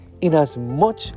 Inasmuch